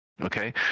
Okay